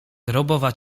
grobowa